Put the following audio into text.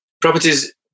Properties